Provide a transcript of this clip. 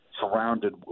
surrounded